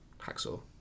Hacksaw